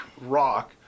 rock